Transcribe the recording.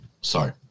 Sorry